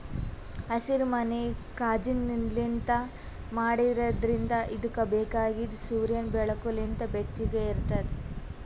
ಹಸಿರುಮನಿ ಕಾಜಿನ್ಲಿಂತ್ ಮಾಡಿದ್ರಿಂದ್ ಇದುಕ್ ಬೇಕಾಗಿದ್ ಸೂರ್ಯನ್ ಬೆಳಕು ಲಿಂತ್ ಬೆಚ್ಚುಗ್ ಇರ್ತುದ್